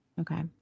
Okay